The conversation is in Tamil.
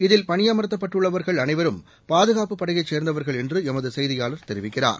இதில் பணியமாத்தப் பட்டுள்ளவா்கள் அனைவரும் பாதுகாப்புப் படையைச் சேர்ந்தவா்கள் என்று எமது செய்தியாளர் தெரிவிக்கிறார்